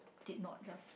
did not just